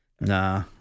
Nah